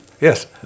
Yes